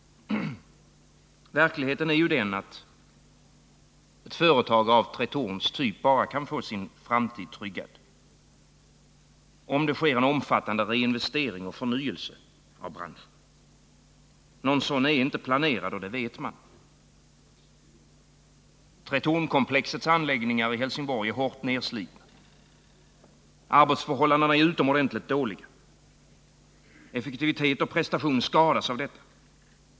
Verkligheten är ju den, att ett företag av Tretorns typ bara kan få sin framtid tryggad om det sker en omfattande reinvestering och förnyelse av branschen. Någon sådan är inte planerad, och det vet man. Tretornkomplexets anläggningar i Helsingborg är hårt nedslitna. Arbetsförhållandena är utomordentligt dåliga. Effektivitet och prestation skadas av detta.